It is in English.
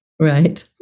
right